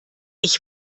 ich